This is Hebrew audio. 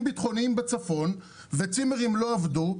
ביטחוניים בצפון וצימרים לא עבדו,